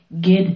Get